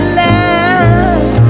love